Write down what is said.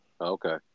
Okay